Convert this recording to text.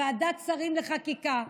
ועדת שרים לחקיקה,